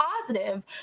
positive